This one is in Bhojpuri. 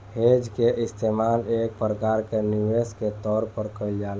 हेज के इस्तेमाल एक प्रकार के निवेश के तौर पर कईल जाला